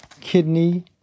kidney